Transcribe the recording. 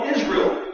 Israel